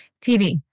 TV